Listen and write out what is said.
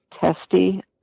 testy